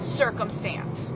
circumstance